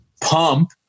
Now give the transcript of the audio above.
pump